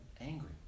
angry